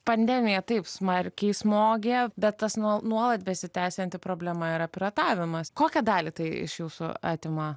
pandemija taip smarkiai smogė bet tas nuo nuolat besitęsianti problema yra piratavimas kokią dalį tai iš jūsų atima